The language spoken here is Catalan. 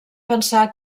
pensar